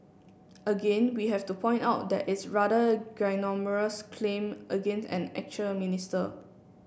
again we have to point out that it's rather ginormous claim against an actual minister